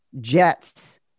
Jets